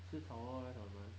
吃草 lor rest of the month